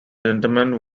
interment